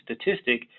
statistic